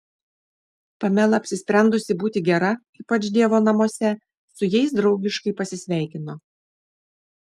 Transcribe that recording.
pamela apsisprendusi būti gera ypač dievo namuose su jais draugiškai pasisveikino